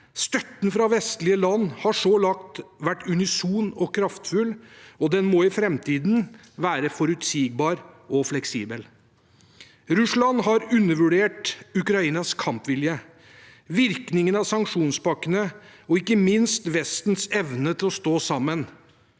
Støtten fra vestlige land har så langt vært unison og kraftfull, og den må i framtiden være forutsigbar og fleksibel. Russland har undervurdert Ukrainas kampvilje, virkningene av sanksjonspakkene og ikke minst Vestens evne til å stå sammen.